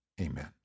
Amen